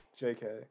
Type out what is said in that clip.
JK